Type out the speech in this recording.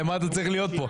למה אתה צריך להיות פה?